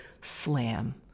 Slam